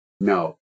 No